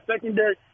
secondary